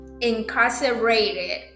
incarcerated